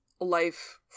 life